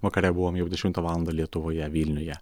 vakare buvom jau dešimtą valandą lietuvoje vilniuje